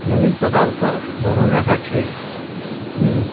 नवीन पदार्थ बनवण्यासाठी मी